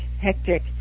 hectic